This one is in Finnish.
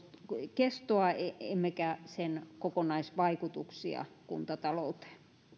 kestoa emmekä sen kokonaisvaikutuksia kuntatalouteen